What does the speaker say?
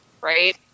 right